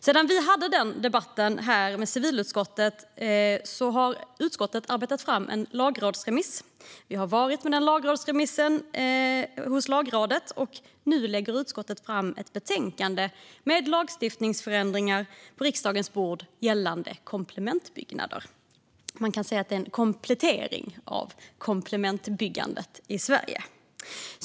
Sedan vi hade debatten har civilutskottet arbetat fram en lagrådsremiss. Vi har skickat den remissen till Lagrådet, och nu lägger utskottet fram ett betänkande med förslag till ändringar i lagstiftningen gällande komplementbyggnader på riksdagens bord. Man kan säga att det är en komplettering av komplementbyggandet i Sverige.